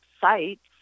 sites